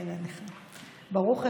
ברוך השם,